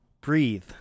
breathe